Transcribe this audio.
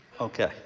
Okay